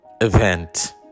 event